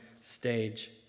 stage